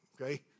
okay